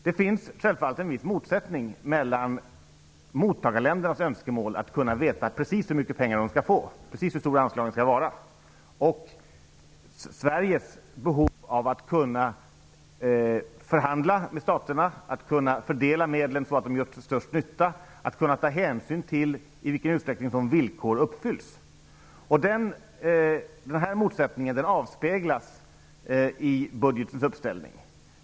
Det finns självfallet en viss motsättning mellan mottagarländernas önskemål att veta precis hur stora anslagen skall vara och Sveriges behov av att kunna förhandla med staterna, att kunna fördela medlen så, att de kommer till störst nytta, att kunna ta hänsyn till i vilken utsträckning som villkor uppfylls. Denna motsättning avspeglas i budgetens uppställning.